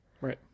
Right